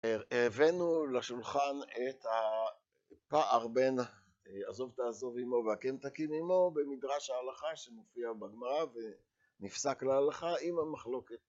הבאנו לשולחן את הפער בין עזוב תעזוב עמו והקם תקים עמו במדרש ההלכה שנופיע בגמרא ונפסק להלכה עם המחלוקת